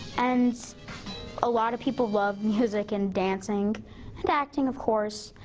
and a lot of people love music and dancing and acting of course.